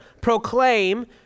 proclaim